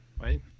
Wait